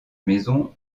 maison